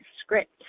script